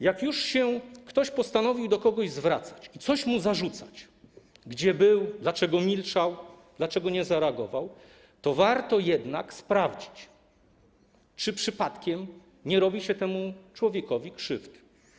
Jeśli już ktoś postanowił zwracać się do kogoś i coś mu zarzucać - gdzie był, dlaczego milczał, dlaczego nie zareagował - to warto jednak sprawdzić, czy przypadkiem nie robi się temu człowiekowi krzywdy.